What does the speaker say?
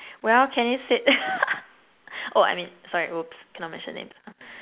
well Kenny said oh I mean sorry oops cannot mention names